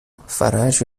فرج